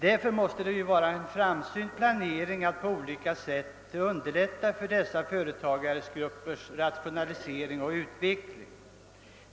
Därför måste det vara en framsynt planering att på olika sätt underlätta rationalisering och utveckling av denna företagsgrupp.